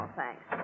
thanks